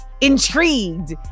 intrigued